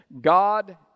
God